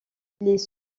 les